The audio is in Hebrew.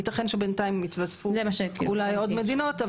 ייתכן שבינתיים התווספו אולי עוד מדינות.